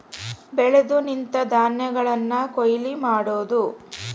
ಬೆಳೆದು ನಿಂತ ಧಾನ್ಯಗಳನ್ನ ಕೊಯ್ಲ ಮಾಡುದು